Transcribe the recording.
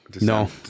No